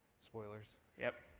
spoilers. yep.